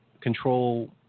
control